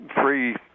three